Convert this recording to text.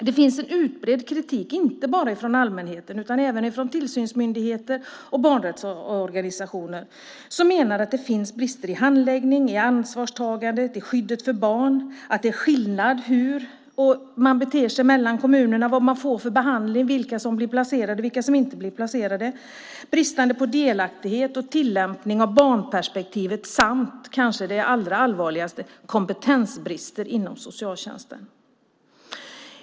Det finns en utbredd kritik inte bara från allmänheten utan även från tillsynsmyndigheter och barnrättsorganisationer. Man menar att det finns brister i handläggning, i ansvarstagande och i skyddet för barn. Man beter sig också olika mellan kommuner när det gäller behandling och i vilka som blir eller inte blir placerade. Det finns brister i delaktighet och tillämpning av barnperspektivet. Det allvarligaste är kanske att det finns kompetensbrister inom socialtjänsten.